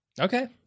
Okay